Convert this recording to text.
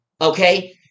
Okay